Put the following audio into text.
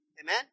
Amen